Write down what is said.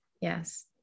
Yes